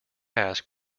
ask